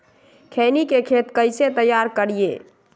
खैनी के खेत कइसे तैयार करिए?